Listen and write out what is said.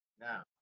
now